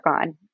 on